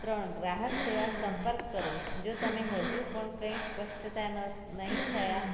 ત્રણ ગ્રાહક સેવા સંપર્ક કરો જો તમને હજુ પણ કંઈ સ્પષ્ટતા નહીં થાય